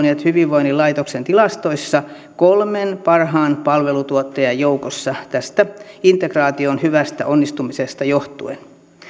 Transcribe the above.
ja hyvinvoinnin laitoksen tilastoissa kolmen parhaan palveluntuottajan joukossa tästä integraation hyvästä onnistumisesta johtuen